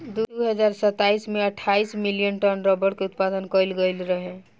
दू हज़ार सतरह में अठाईस मिलियन टन रबड़ के उत्पादन कईल गईल रहे